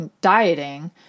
dieting